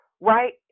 Right